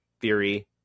theory